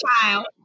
child